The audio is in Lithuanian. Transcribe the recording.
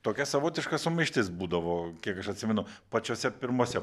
tokia savotiška sumaištis būdavo kiek aš atsimenu pačiose pirmose